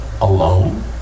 alone